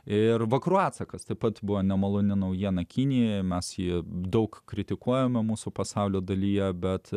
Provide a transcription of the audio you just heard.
ir vakarų atsakas taip pat buvo nemaloni naujiena kinijoje mes ji daug kritikuojama mūsų pasaulio dalyje bet